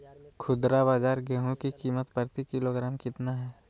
खुदरा बाजार गेंहू की कीमत प्रति किलोग्राम कितना है?